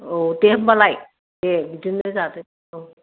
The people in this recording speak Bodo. औ दे होनबालाय दे बिदिनो जादो औ